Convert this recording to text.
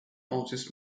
artists